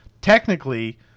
Technically